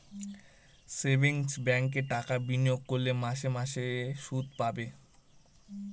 savings ব্যাঙ্কে টাকা বিনিয়োগ করলে মাসে মাসে শুদ পাবে